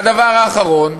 והדבר האחרון,